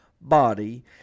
body